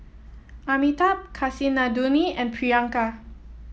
Amitabh Kasinadhuni and Priyanka